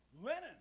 linen